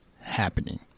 happening